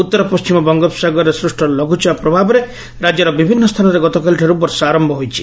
ଉତ୍ତର ପଣ୍କିମ ବଙ୍ଗୋପସଗାରରେ ସୃଷ ଲଘୁଚାପ ପ୍ରଭାବରେ ରାକ୍ୟର ବିଭିନ୍ନ ସ୍ଚାନରେ ଗତକାଲିଠାରୁ ବର୍ଷା ଚାଲିଛି